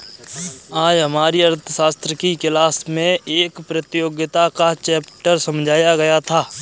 आज हमारी अर्थशास्त्र की क्लास में कर प्रतियोगिता का चैप्टर समझाया गया था